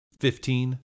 Fifteen